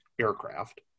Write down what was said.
aircraft